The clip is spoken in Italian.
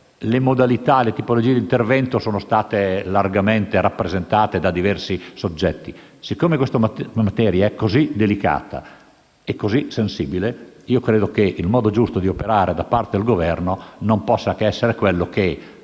le modalità e le tipologie di intervento sono state largamente rappresentate da diversi soggetti. Siccome la materia è così delicata e sensibile, credo che il modo giusto di operare da parte del Governo non possa che essere quello per